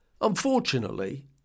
Unfortunately